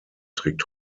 trägt